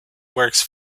works